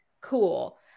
cool